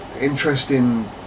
interesting